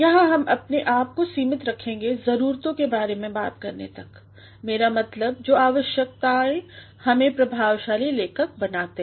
यहाँ हम अपने आप कोसीमित रखेंगे ज़रूरतों के बारे में बात करने तक मेरा मतलब जो आवश्यकताएं हमें प्रभावशाली लेखक बनाते हैं